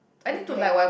the brand